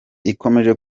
ikomeje